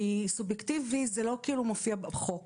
כי סובייקטיבי לא מופיע בחוק.